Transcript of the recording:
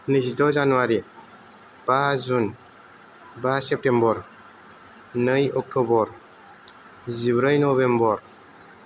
नैजिद' जानुवारि बा जुन बा सेप्तेम्बर नै अक्टबर जिब्रै नभेम्बर